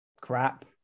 crap